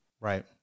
Right